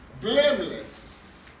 blameless